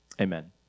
Amen